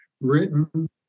written